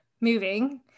moving